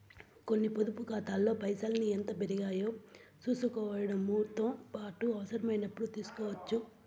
కొన్ని పొదుపు కాతాల్లో పైసల్ని ఎంత పెరిగాయో సూసుకోవడముతో పాటు అవసరమైనపుడు తీస్కోవచ్చు